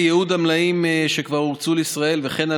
על ייעוד המלאים שכבר הוקצו לישראל וכן על